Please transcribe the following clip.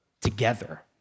together